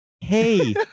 Hey